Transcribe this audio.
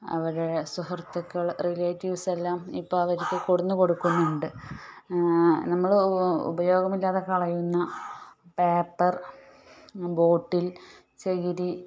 അവരെ സുഹൃത്തുക്കൾ റിലേറ്റീവ്സെല്ലാം ഇപ്പം അവർക്ക് കൊണ്ട് വന്ന് കൊടുക്കുന്നുണ്ട് നമ്മൾ ഉപയോഗമില്ലാതെ കളയുന്ന പേപ്പർ ബോട്ടിൽ ചകിരി